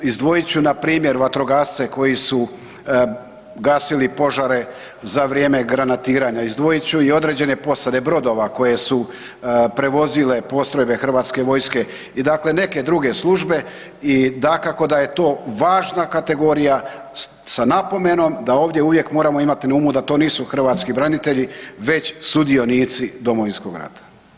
Izdvojit ću npr. vatrogasce koji su gasili požare za vrijeme granatiranja, izdvojit ću i određene posade brodova koje su prevozile postrojbe hrvatske vojske i dakle neke druge službe i dakako da je to važna kategorija, sa napomenom da ovdje uvijek moramo imati na umu da to nisu hrvatski branitelji već sudionici domovinskog rata.